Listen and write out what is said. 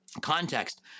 context